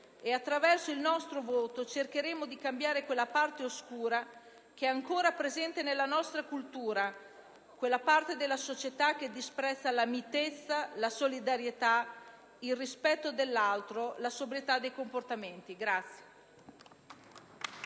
e attraverso il nostro voto cercheremo di cambiare quella parte oscura che ancora è presente nella nostra cultura, quella parte della società che disprezza la mitezza, la solidarietà, il rispetto dell'altro, la sobrietà dei comportamenti.